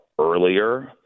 earlier